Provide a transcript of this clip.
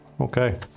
Okay